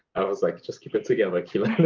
i was like just keep it together kealan.